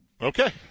Okay